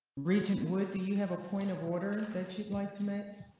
region would do you have a point of order that you'd like to met.